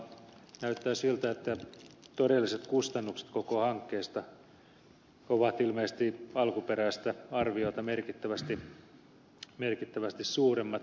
näyttää siltä että todelliset kustannukset koko hankkeesta ovat ilmeisesti alkuperäistä arviota merkittävästi suuremmat